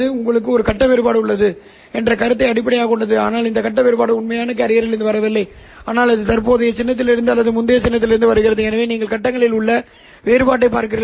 ஒரு எளிய உறவினர் உணர்வு உள்ளது ஒரு துருவமுனைப்பு பன்முகத்தன்மை ரிசீவர் என்று அழைக்கப்படும் ஒரு நல்ல ரிசீவர் உள்ளது இந்த துருவமுனைப்பு பன்முகத்தன்மை பெறுநர்கள் உள்வரும் சமிக்ஞை Es ஐ இரண்டு பகுதிகளாகப் பிரிக்கிறார்கள்